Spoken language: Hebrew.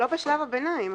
לא בשלב הביניים.